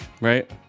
Right